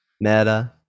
Meta